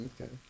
Okay